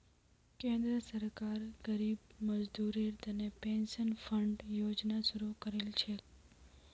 केंद्र सरकार गरीब मजदूरेर तने पेंशन फण्ड योजना शुरू करील छेक